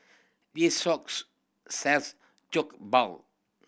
this shops sells Jokbal